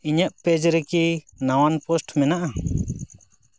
ᱤᱧᱟᱹᱜ ᱯᱮᱡᱽ ᱨᱮᱠᱤ ᱱᱟᱣᱟᱱ ᱯᱳᱥᱴ ᱢᱮᱱᱟᱜᱼᱟ